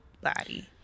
body